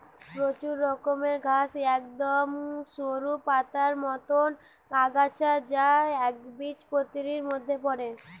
প্রচুর রকমের ঘাস একদম সরু পাতার মতন আগাছা যা একবীজপত্রীর মধ্যে পড়ে